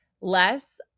less